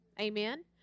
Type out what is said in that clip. Amen